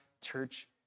church